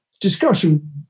discussion